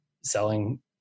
selling